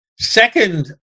second